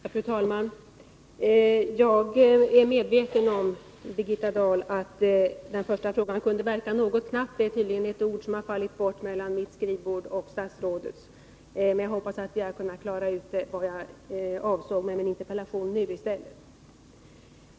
Fru talman! Jag är medveten om, Birgitta Dahl, att den första frågan kunde verka något knapp. Det är tydligen ett ord som fallit bort mellan mitt skrivbord och statsrådets, men jag hoppas att vi nu kunnat klara ut vad jag avsåg med min interpellation.